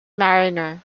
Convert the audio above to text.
mariner